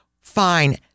fine